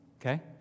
okay